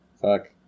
Fuck